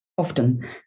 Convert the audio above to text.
Often